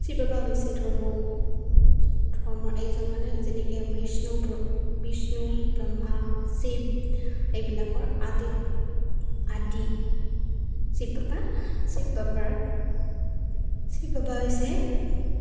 শিৱ বাবা হৈছে ধৰ্ম ধৰ্মৰ এজন মানে যেনেকে বিষ্ণু বিষ্ণু ব্ৰহ্মা শিৱ এইবিলাকৰ আদি আদি শিৱ বাবা শিৱ বাবাৰ শিৱ বাবা হৈছে